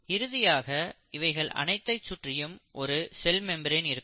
இறுதியாக இவைகள் அனைத்தை சுற்றியும் ஒரு செல் மெம்பிரென் இருக்கும்